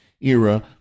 era